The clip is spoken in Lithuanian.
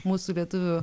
mūsų lietuvių